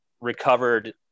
recovered